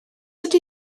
ydy